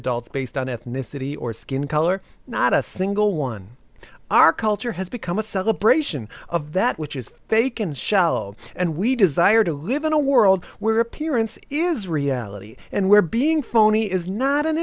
adults based on ethnicity or skin color not a single one our culture has become a celebration of that which is fake and shallow and we desire to live in a world where appearance is reality and we're being phony is not an